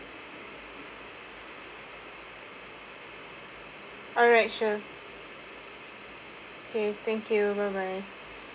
alright sure okay thank you bye bye